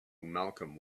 malcolm